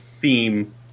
theme